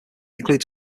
includes